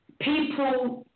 people